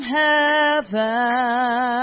heaven